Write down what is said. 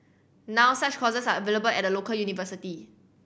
now such courses are available at a local university